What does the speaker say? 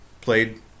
played